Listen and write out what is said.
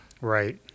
right